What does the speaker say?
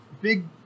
big